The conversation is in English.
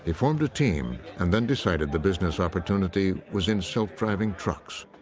ah formed a team and then decided the business opportunity was in self-driving trucks.